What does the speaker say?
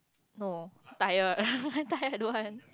no tired tired don't want